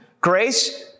grace